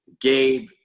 Gabe